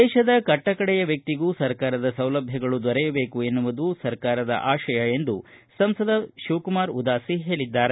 ದೇಶದ ಕಟ್ಟಕಡೆಯ ವ್ಯಕ್ತಿಗೂ ಸರ್ಕಾರದ ಸೌಲಭ್ಯಗಳು ದೊರೆಯಬೇಕು ಎನ್ನುವುದು ಸರ್ಕಾರದ ಆತಯ ಎಂದು ಸಂಸದ ಶಿವಕುಮಾರ ಉದಾಸಿ ಅವರು ಹೇಳಿದ್ದಾರೆ